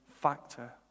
factor